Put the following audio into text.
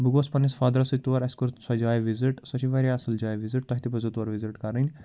بہٕ گوس پنٛنِس فادرس سۭتۍ تور اَسہِ کوٚر سۄ جاے وِزِٹ سۄ چھِ وارِیاہ اصٕل جاے وِزِٹ تۄہہِ تہِ پَزیو تور وِزِٹ کَرٕنۍ